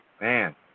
Man